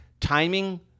timing